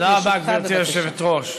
תודה רבה, גברתי היושבת-ראש.